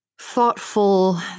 thoughtful